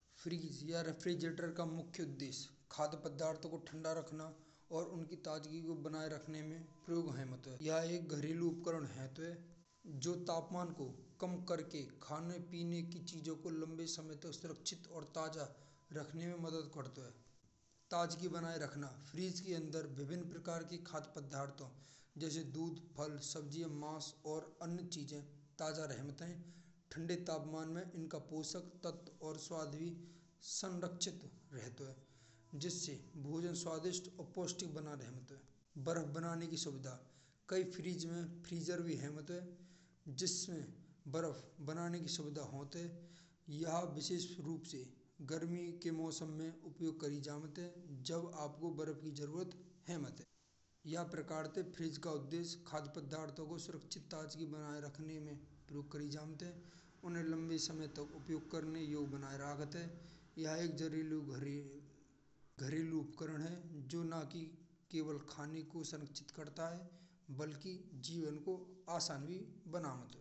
फ्रिज या रेफ्रिजरेटर का मुख्य उद्देश्य भोजन पदार्थों को ठंडा रखना और उनकी ताजगी को बनाए रखने में प्रयोग कियो जात हैं। यह एक घरेलू उपकरण हेमेंट है। जो तापमान को कम करके खाने पीने की चीजों को लंबे समय तक सुरक्षित और ताज़ा रखने में मदद करतो है। ताज़गी बनाए रखना: फ्रिज के अंदर विभिन्न प्रकार की खाद पदार्थ जैसे दूध फल सब्ज़ियां मनुष्य और अन्य चीजें ताज़ा रहते। ठंडे तापमान में इनका पोषक तत्व और स्वाद भी संगरक्षित रहते हैं। भोजन स्वादिष्ट और पोषक बना रेटो है। बर्फ बनाने की सुविधा कई फ्रिज में फ्रीजर भी है मत है जिसमें बर्फ बनाने की सुविधा होती है। यह विशेष रूप से गर्मी के मौसम में प्रयोग करी जमात है। जब आपको बर्फ की जरूरत हैमत है। यह प्रकार से फ्रिज का उद्देश्य खाद्य पदार्थों को सुरक्षित आज बनाए रखें में प्रयोग की जात है। उन्हें लंबी समय तक प्रयोग करने योग्य बनाए रखत है। यह एक घरेलू उपकरण है। जो ना की केवल खाने को संगरक्षित करता है बल्कि जीवन को आसान भी बनामत है।